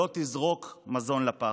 לא תזרוק מזון לפח,